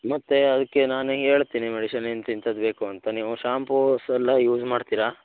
ಮತ್ತು ಅದಕ್ಕೆ ನಾನು ಹೇಳ್ತೀನಿ ಮೆಡಿಷನ್ ಇಂತಿಂಥದ್ದು ಬೇಕು ಅಂತ ನೀವು ಶಾಂಪೂಸೆಲ್ಲ ಯೂಸ್ ಮಾಡ್ತೀರಾ